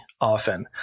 often